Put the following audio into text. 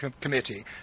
Committee